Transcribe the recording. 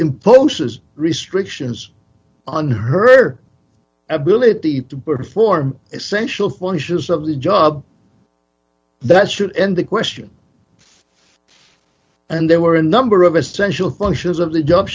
imposes restrictions on her ability to perform essential functions of the job that should end the question and there were a number of essential functions of the job